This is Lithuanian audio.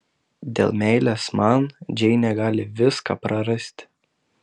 dėl meilės man džeinė gali viską prarasti